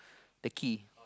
the key